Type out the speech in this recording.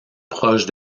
proches